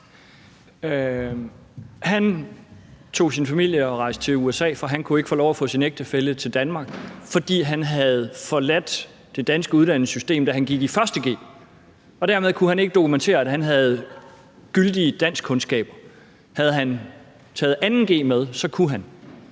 Han tog sin familie og rejste til USA, for han kunne ikke få lov at få sin ægtefælle til Danmark, fordi han havde forladt det danske uddannelsessystem, da han gik i 1. g. Dermed kunne han ikke dokumentere, at han havde gyldige danskkundskaber. Havde han taget 2. g med, havde han